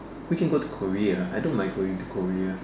we can go to Korea I don't mind going to Korea